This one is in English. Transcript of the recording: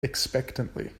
expectantly